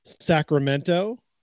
Sacramento